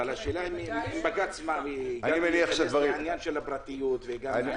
השאלה היא אם בג"ץ נכנס לעניין של הפרטיות וכו'.